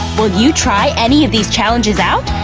will you try any of these challenges out?